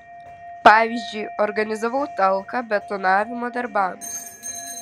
pavyzdžiui organizavau talką betonavimo darbams